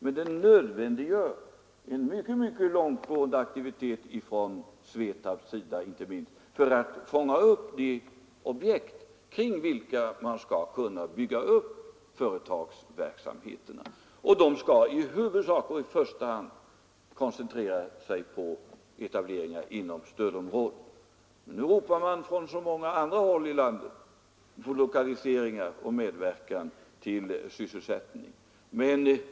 Men den nödvändiggör en mycket långtgående aktivitet från SVETAB:s sida, inte minst för att fånga upp de objekt kring vilka man skall kunna bygga upp företagsverksamheterna. Dessa skall i huvudsak och i första hand koncentreras på etableringar inom stödområdet. Men nu ropar man från så många andra håll i landet på lokaliseringar och medverkan till sysselsättning.